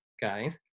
guys